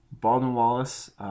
Baldwin-Wallace